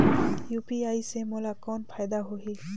UPI से मोला कौन फायदा होही?